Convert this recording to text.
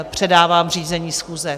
Předávám řízení schůze.